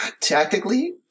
tactically